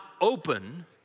open